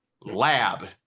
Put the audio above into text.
lab